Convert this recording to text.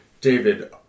David